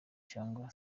cyangwa